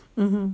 mmhmm